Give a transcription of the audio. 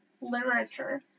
literature